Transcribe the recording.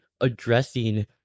addressing